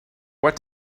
what